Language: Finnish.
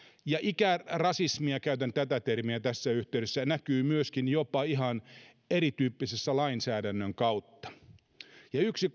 ja ikärasismia käytän tätä termiä tässä yhteydessä näkyy myöskin jopa ihan erityyppisessä yhteydessä lainsäädännön kautta yksi